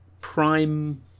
prime